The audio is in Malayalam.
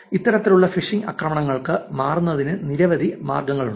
ഇത്തരത്തിലുള്ള ഫിഷിംഗ് ആക്രമണങ്ങൾ മാറുന്നതിന് നിരവധി മാർഗങ്ങളുണ്ട്